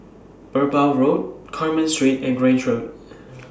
Merbau Road Carmen Street and Grange Road